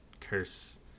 curse